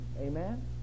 Amen